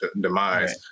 demise